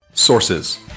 Sources